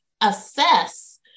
assess